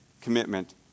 commitment